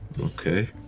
okay